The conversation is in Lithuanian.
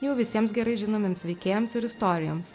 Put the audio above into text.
jau visiems gerai žinomiems veikėjams ir istorijoms